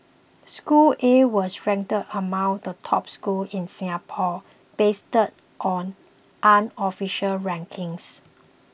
school A was ranked among the top schools in Singapore based on unofficial rankings